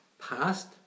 past